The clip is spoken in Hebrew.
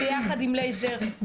ביחד עם לייזר,